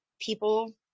people